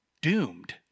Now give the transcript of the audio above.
doomed